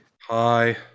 Hi